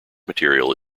material